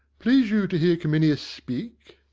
please you to hear cominius speak?